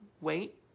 wait